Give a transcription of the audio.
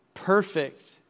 perfect